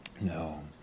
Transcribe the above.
No